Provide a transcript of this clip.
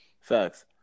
Facts